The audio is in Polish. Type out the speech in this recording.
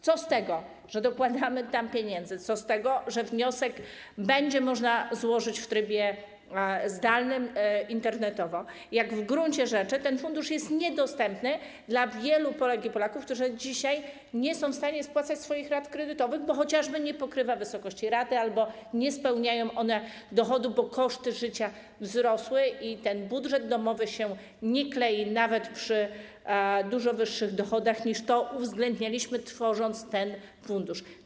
Co z tego, że dokładamy tam pieniędzy, co z tego, że wniosek będzie można złożyć w trybie zdalnym, internetowo, skoro w gruncie rzeczy ten fundusz jest niedostępny dla wielu Polek i Polaków, którzy dzisiaj nie są w stanie spłacać swoich rat kredytowych, bo chociażby nie pokrywa wysokości raty albo nie spełniają one dochodu, bo koszty życia wzrosły i ten budżet domowy się nie klei nawet przy dużo wyższych dochodach, niż to uwzględnialiśmy, tworząc ten fundusz.